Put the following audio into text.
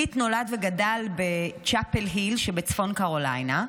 קית' נולד וגדל בצ'אפל היל שבצפון קרוליינה,